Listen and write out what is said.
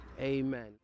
amen